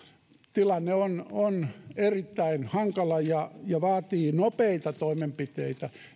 tilanne on on erittäin hankala ja vaatii nopeita toimenpiteitä